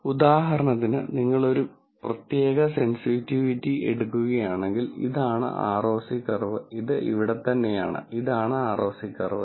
ഉദാഹരണത്തിന് നിങ്ങൾ ഒരു പ്രത്യേക സെൻസിറ്റിവിറ്റി എടുക്കുകയാണെങ്കിൽ ഇതാണ് ROC കർവ് ഇത് ഇവിടെത്തന്നെയാണ് ഇതാണ് ROC കർവ്